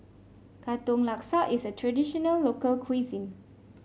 Katong Laksa is a traditional local cuisine